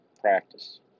Practice